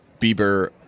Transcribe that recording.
Bieber